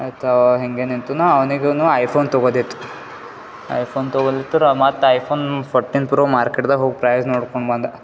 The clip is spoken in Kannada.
ಆಯ್ತು ಹಿಂಗೆ ನಿಂತು ನಾ ಅವ್ನಿಗು ಐಫೋನ್ ತಗೋದಿತ್ತು ಐಫೋನ್ ತಗೋದಿತ್ತರ ಮತ್ತು ಐಫೋನ್ ಫೋರ್ಟೀನ್ ಪ್ರೊ ಮಾರ್ಕೆಟ್ದಾಗೆ ಹೋಗಿ ಪ್ರೈಸ್ ನೋಡ್ಕೋಬಂದ